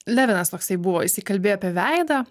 levinas toksai buvo jisai kalbėjo apie veidą